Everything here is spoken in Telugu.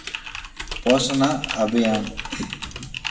పోషణా అభయాన్